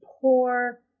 poor